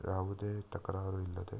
ಯಾವುದೇ ತಕರಾರು ಇಲ್ಲದೇ